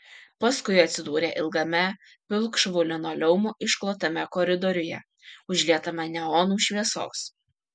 paskui atsidūrė ilgame pilkšvu linoleumu išklotame koridoriuje užlietame neonų šviesos